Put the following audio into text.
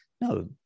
no